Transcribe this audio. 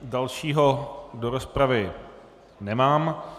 Dalšího do rozpravy nemám.